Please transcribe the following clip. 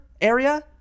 area